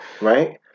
Right